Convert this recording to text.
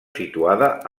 situada